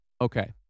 Okay